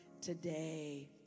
today